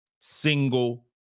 single